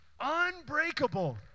Unbreakable